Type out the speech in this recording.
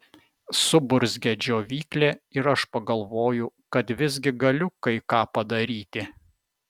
suburzgia džiovyklė ir aš pagalvoju kad visgi galiu kai ką padaryti